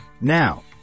Now